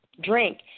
drink